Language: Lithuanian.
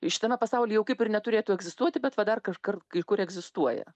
šitame pasaulyje jau kaip ir neturėtų egzistuoti bet va dar kažkur kaikur egzistuoja